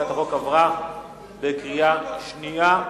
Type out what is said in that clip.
הצעת החוק עברה בקריאה שנייה.